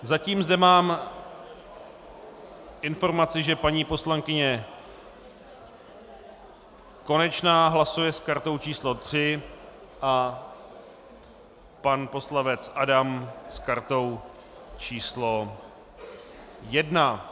Zatím zde mám informaci, že paní poslankyně Konečná hlasuje s kartou číslo 3 a pan poslanec Adam s kartou číslo 1.